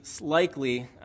likely